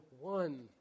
one